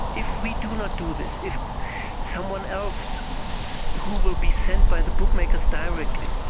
if we do not do this, if someone else who will be sent by the bookmakers directly,